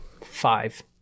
Five